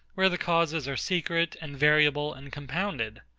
where the causes are secret, and variable, and compounded.